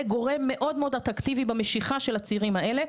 זה גורם מאוד מאוד אטרקטיבי במשיכה של הצעירים האלה.